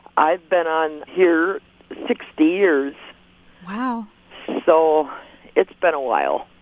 i've been on here sixty years wow so it's been a while